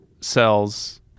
cells